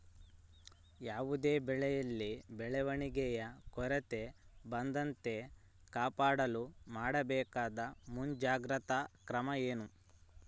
ಯಾವುದೇ ಬೆಳೆಯಲ್ಲಿ ಬೆಳವಣಿಗೆಯ ಕೊರತೆ ಬರದಂತೆ ಕಾಪಾಡಲು ಮಾಡಬೇಕಾದ ಮುಂಜಾಗ್ರತಾ ಕ್ರಮ ಏನು?